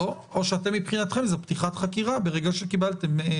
או שמבחינתכם זאת פתיחת חקירה ברגע שקיבלתם.